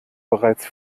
bereits